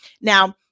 Now